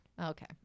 Okay